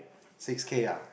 six K ah